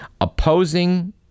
opposing